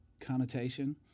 connotation